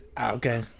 okay